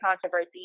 controversy